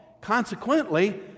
Consequently